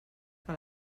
que